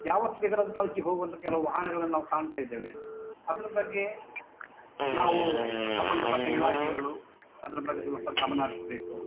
ಯಾವತ್ತು ಬೇಕಾದರೂ ಅದು ಕಳಚಿ ಹೋಗುವಂಥ ಕೆಲವು ವಾಹನಗಳನ್ನು ನಾವು ಕಾಣ್ತಾ ಇದ್ದೇವೆ ಅದರ ಬಗ್ಗೆ ನಾವು ಸಂಬಂಧಪಟ್ಟ ಇಲಾಖೆಗಳು ಅದರ ಬಗ್ಗೆ ಸ್ವಲ್ಪ ಗಮನ ಹರಿಸ್ಬೇಕು